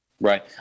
Right